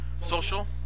social